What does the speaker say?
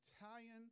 Italian